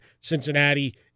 Cincinnati